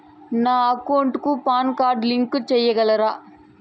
నా అకౌంట్ కు PAN card link సేయగలరా?